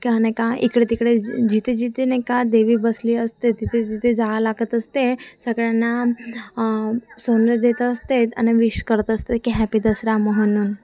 नाही का इकडे तिकडे जी जिथे जिथे नाही का देवी बसली असते तिथे जिथे जा लागत असते सगळ्यांना सोनं देत असते आणि विश करत असते की हॅपी दसरा म्हणून